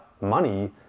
money